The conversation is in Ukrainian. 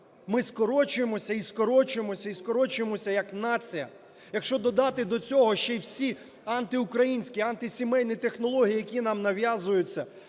Ми скорочуємося і скорочуємося, і скорочуємося як нація. Якщо додати до цього ще й всі антиукраїнські, антисімейні технології, які нам нав'язуються